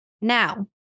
Now